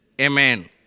Amen